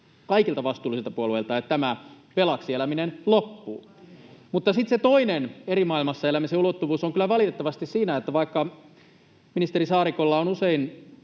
kaikilta vastuullisilta puolueilta, niin että tämä velaksi eläminen loppuu. Sitten se toinen eri maailmassa elämisen ulottuvuus on kyllä valitettavasti siinä, että vaikka ministeri Saarikolla on usein